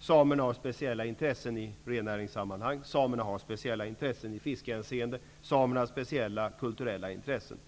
Samerna har speciella intressen i rennäringssammanhang, i fiskehänseende och i kulturella sammanhang.